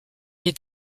est